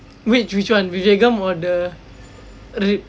which which one Vivegam or the